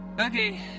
Okay